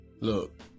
look